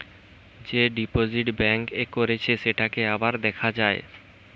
যে deposit bank এ করেছে সেটাকে আবার দেখা যায়